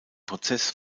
prozess